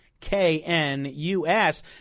KNUS